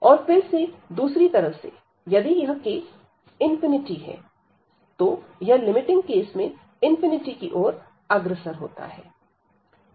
और फिर से दूसरी तरह से यदि यह k है तो यह लिमिटिंग केस में की ओर अग्रसर होता है